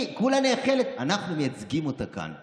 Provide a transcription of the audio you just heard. היא, כולה נאכלת, ואנחנו מייצגים אותה כאן.